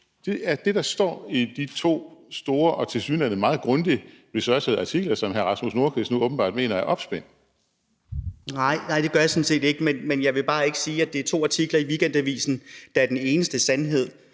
Det, der står i de to store og tilsyneladende meget grundigt researchede artikler, er noget, som hr. Rasmus Nordqvist nu åbenbart mener er opspind. Kl. 20:15 Rasmus Nordqvist (SF): Nej, det gør jeg sådan set ikke, men jeg vil bare ikke sige, at det er to artikler i Weekendavisen, der er den eneste sandhed.